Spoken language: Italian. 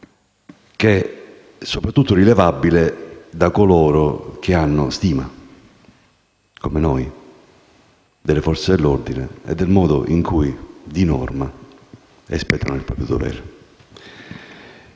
ed è soprattutto rilevabile da coloro che hanno stima, come noi, delle Forze dell'ordine e del modo in cui, di norma, espletano il proprio dovere.